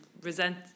resent